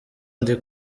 ndi